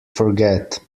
forget